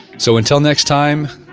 so, until next time,